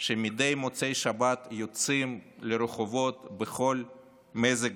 שמדי מוצאי שבת יוצאים לרחובות בכל מזג